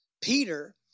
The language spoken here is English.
Peter